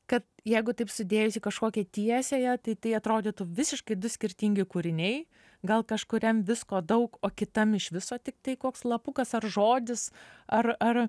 kad jeigu taip sudėjus į kažkokią tiesiąją tai tai atrodytų visiškai du skirtingi kūriniai gal kažkuriam visko daug o kitam iš viso tiktai koks lapukas ar žodis ar ar